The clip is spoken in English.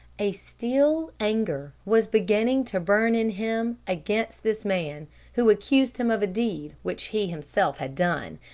a still anger was beginning to burn in him against this man who accused him of a deed which he himself had done,